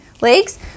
legs